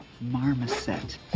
Marmoset